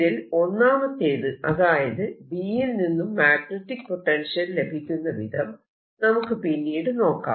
ഇതിൽ ഒന്നാമത്തേത് അതായത് B യിൽ നിന്നും മാഗ്നെറ്റിക് പൊട്ടൻഷ്യൽ ലഭിക്കുന്ന വിധം നമുക്ക് പിന്നീട് നോക്കാം